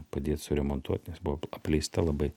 padėt suremontuot nes buvo apleista labai